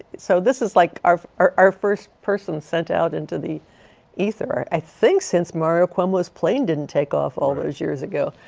so this is like our our first person sent out into the ether i think since mario cuomo's plane didn't take off all of it was years ago.